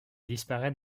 disparaît